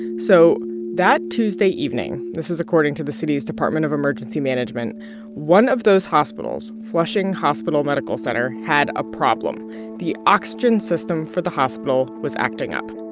so that tuesday evening this is according to the city's department of emergency management one of those hospitals, flushing hospital medical center had a problem the oxygen system for the hospital was acting up.